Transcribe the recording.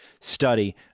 study